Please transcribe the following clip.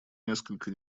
несколько